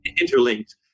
interlinked